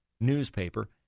newspaper